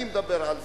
אני מדבר על זה,